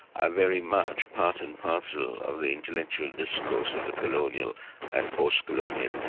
are very much part and ah parcel of the intellectual discourse of the colonial and post-colonial